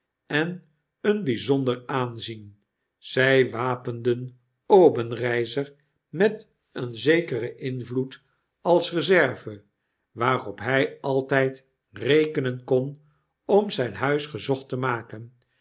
en een bijzonderaanzien zij wapenden obenreizer met een zekeren invloed als reserve waarop hij altijd rekenen kon om zijn huis gezocht te maken